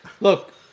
look